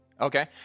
okay